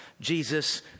Jesus